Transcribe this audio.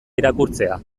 irakurtzea